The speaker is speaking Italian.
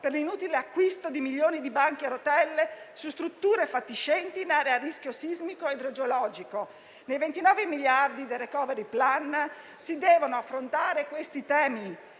per l'inutile acquisto di milioni di banchi a rotelle per strutture fatiscenti in aree a rischio sismico e idrogeologico. Con i 29 miliardi di euro del *recovery plan* si devono affrontare questi temi.